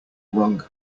wrong